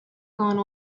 gone